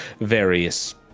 various